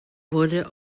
wurde